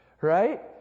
right